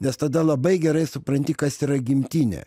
nes tada labai gerai supranti kas yra gimtinė